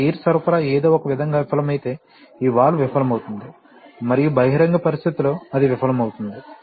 కాబట్టి ఈ ఎయిర్ సరఫరా ఏదో ఒక విధంగా విఫలమైతే ఈ వాల్వ్ విఫలమవుతుంది మరియు బహిరంగ పరిస్థితిలో అది విఫలమవుతుంది